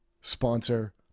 sponsor